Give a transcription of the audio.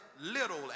little